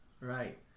Right